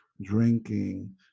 drinking